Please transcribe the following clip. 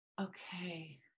Okay